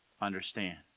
understand